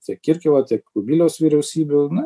tiek kirkilo tiek kubiliaus vyriausybių na